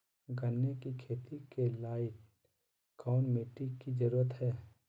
गन्ने की खेती के लाइट कौन मिट्टी की जरूरत है?